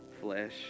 flesh